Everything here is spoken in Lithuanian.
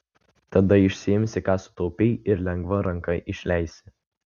tada išsiimsi ką sutaupei ir lengva ranka išleisi